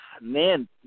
Man